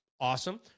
Awesome